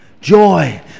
Joy